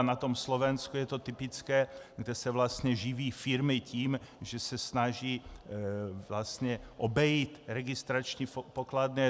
Na tom Slovensku je to typické, kde se vlastně živí firmy tím, že se snaží obejít registrační pokladny.